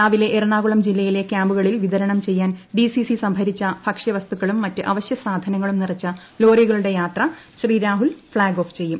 രാവിലെ എറണാകുളം ജില്ലയിലെ കൃാംപുകളിൽ വിതരണം ചെയ്യാൻ ഡിസിസി സംഭരിച്ച ഭക്ഷ്യവസ്തുക്കളും മറ്റ് അവശ്യസാധനങ്ങളും നിറച്ച ലോറികളുടെ യാത്ര ശ്രീ രാഹുൽ ഫ്ളാഗ് ഓഫ് ചെയ്യും